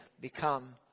become